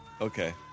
okay